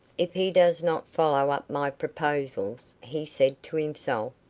if he does not follow up my proposals, he said to himself,